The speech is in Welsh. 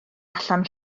allan